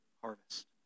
harvest